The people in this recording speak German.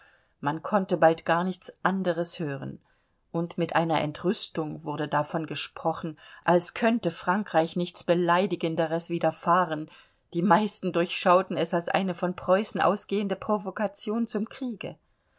man konnte bald gar nichts anderes hören und mit einer entrüstung wurde davon gesprochen als könnte frankreich nichts beleidigenderes widerfahren die meisten durchschauten es als eine von preußen ausgehende provokation zum kriege